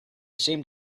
seemed